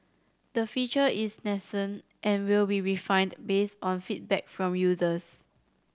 the feature is nascent and will be refined based on feedback from users